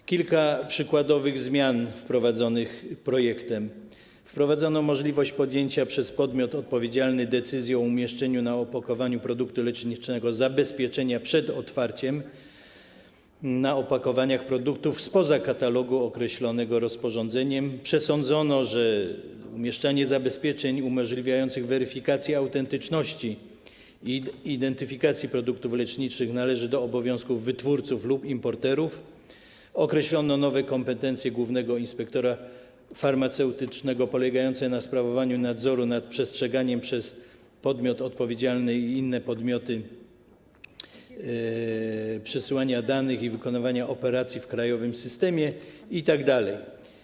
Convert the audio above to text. Oto kilka przykładowych zmian wprowadzonych projektem: wprowadzono możliwość podjęcia przez podmiot odpowiedzialny decyzji o umieszczeniu na opakowaniu produktu leczniczego zabezpieczenia przed otwarciem opakowania produktu spoza katalogu określonego rozporządzeniem, przesądzono, że umieszczanie zabezpieczeń umożliwiających weryfikację autentyczności i identyfikację produktów leczniczych należy do obowiązków wytwórców lub importerów, określono nowe kompetencje głównego inspektora farmaceutycznego polegające na sprawowaniu nadzoru nad przestrzeganiem przez podmiot odpowiedzialny i inne podmioty przesyłania danych i wykonywania operacji w krajowym systemie itd.